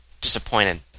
Disappointed